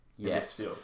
Yes